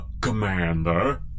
Commander